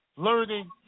learning